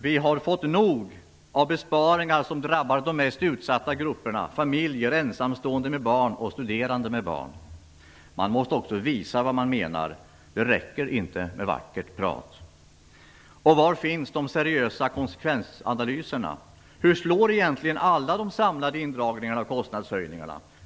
Vi har fått nog av besparingar som drabbar de mest utsatta grupperna - familjer, ensamstående med barn och studerande med barn. Man måste också visa vad man menar. Det räcker inte med vackert tal. Var finns de seriösa konsekvensanalyserna? Hur slår egentligen alla de samlade indragningarna och kostnadshöjningarna?